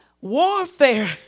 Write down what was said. Warfare